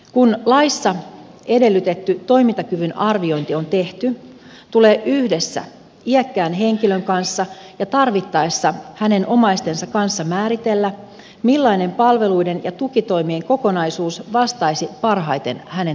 kun laissa edellytetty toimintakyvyn arviointi on tehty tulee yhdessä iäkkään henkilön kanssa ja tarvittaessa hänen omaistensa kanssa määritellä millainen palveluiden ja tukitoimien kokonaisuus vastaisi parhaiten hänen tarpeitaan